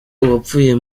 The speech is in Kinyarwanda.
uwapfuye